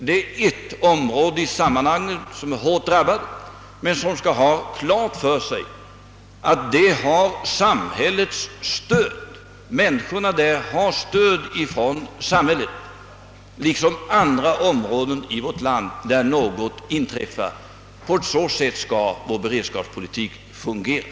Det är ett område i sammanhanget som är hårt drabbat men som skall ha klart för sig att det har samhällets stöd. Människorna där har stöd ifrån samhället liksom andra områden i vårt land där något inträffat. På så sätt skall vår beredskapspolitik fungera.